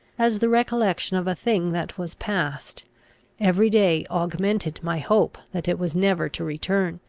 as the recollection of a thing that was past every day augmented my hope that it was never to return.